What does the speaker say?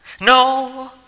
No